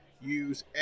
use